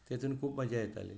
तातूंत खूब मजा येताली